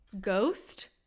ghost